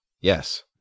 yes